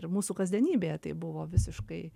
ir mūsų kasdienybėje tai buvo visiškai